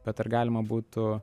bet ar galima būtų